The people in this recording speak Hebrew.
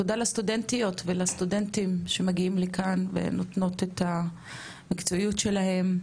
תודה לסטודנטיות ולסטודנטים שמגיעים לכאן ונותנים את המקצועיות שלהם.